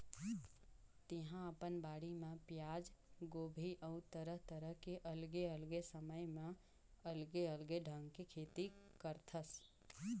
तेहा अपन बाड़ी म पियाज, गोभी अउ तरह तरह के अलगे अलगे समय म अलगे अलगे ढंग के खेती करथस